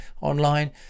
online